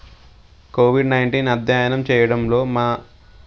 Covid nineteen అధ్యయనం చేయడంలో మా